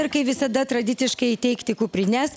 ir kaip visada tradiciškai įteikti kuprines